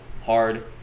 hard